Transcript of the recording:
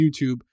YouTube